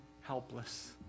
helpless